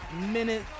minute